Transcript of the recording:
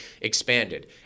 expanded